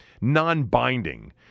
non-binding